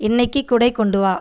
இன்னைக்கு குடை கொண்டு வா